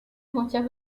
muchas